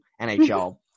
NHL